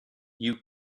you